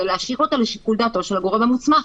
אלא להשאיר אותה לשיקול לדעתו של הגורם המוסמך,